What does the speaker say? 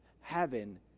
heaven